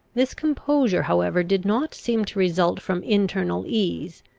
this composure however did not seem to result from internal ease,